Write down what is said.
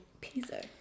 Piso